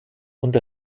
und